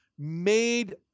Made